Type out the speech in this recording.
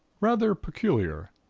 rather peculiar.